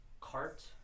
cart